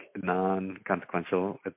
non-consequential